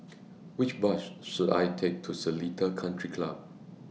Which Bus should I Take to Seletar Country Club